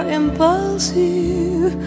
impulsive